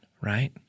right